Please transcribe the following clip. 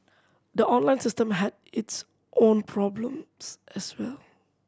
the online system had its own problems as well